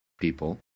people